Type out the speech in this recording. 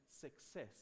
success